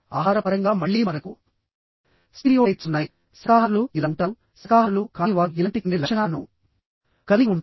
ఆహార పరంగా మళ్ళీ మనకు స్టీరియోటైప్స్ ఉన్నాయిశాకాహారులు ఇలా ఉంటారుశాకాహారులు కాని వారు ఇలాంటి కొన్ని లక్షణాలను కలిగి ఉంటారు